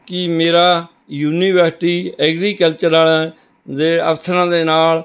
ਕਿ ਮੇਰਾ university agricultural ਵਾਲਿਆਂ ਦੇ ਅਫਸਰਾਂ ਦੇ ਨਾਲ